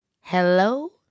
Hello